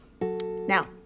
now